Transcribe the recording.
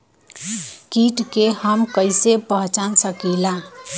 कीट के हम कईसे पहचान सकीला